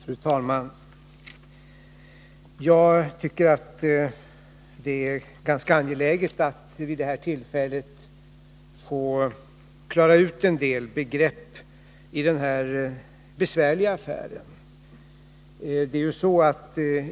Fru talman! Jag tycker att det är angeläget att vid detta tillfälle få klara ut en del begrepp i den här besvärliga affären.